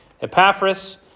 Epaphras